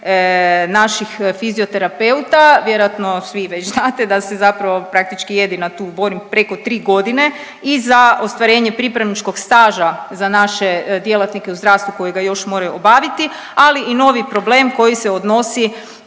naših fizioterapeuta, vjerojatno svi već znate da se praktički jedina tu borim preko tri godine i za ostvarenje pripravničkog staža za naše djelatnike u zdravstvu kojega još moraju obaviti, ali i novi problem koji se odnosi,